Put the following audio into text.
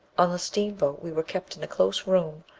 on the steamboat we were kept in a close room,